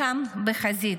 לחם בחזית.